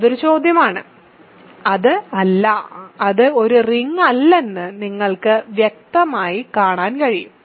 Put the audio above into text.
അത് ഒരു ചോദ്യമാണ് അത് അല്ല അത് ഒരു റിങ് അല്ലെന്ന് നിങ്ങൾക്ക് വ്യക്തമായി കാണാൻ കഴിയും